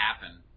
happen